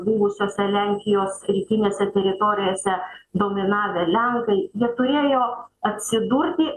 buvusiose lenkijos rytinėse teritorijose dominavę lenkai jie turėjo atsidurti